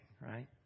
right